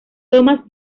thomas